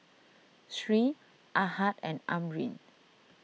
Sri Ahad and Amrin